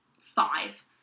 five